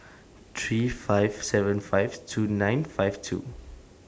three five seven five two nine five two